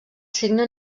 signe